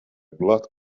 blood